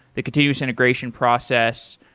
the continuous integration process.